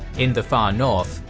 in the far north,